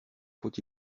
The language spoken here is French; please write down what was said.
faut